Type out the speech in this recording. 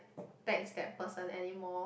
text that person anymore